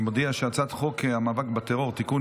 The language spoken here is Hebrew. שהצעת חוק המאבק בטרור (תיקון,